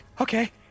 okay